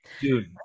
dude